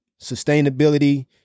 sustainability